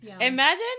Imagine